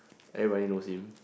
everybody knows him